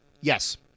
Yes